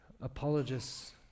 apologists